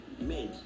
men